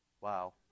wow